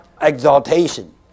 exaltation